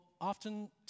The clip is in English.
often